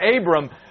Abram